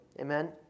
Amen